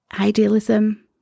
idealism